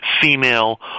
female